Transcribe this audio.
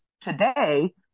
today